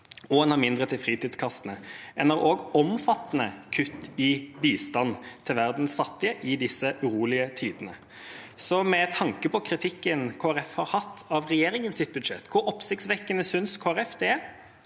og en har mindre til fritidskassene. En har også omfattende kutt i bistand til verdens fattige i disse urolige tidene. Så med tanke på kritikken Kristelig Folkeparti har hatt av regjeringas budsjett: Hvor oppsiktsvekkende synes Kristelig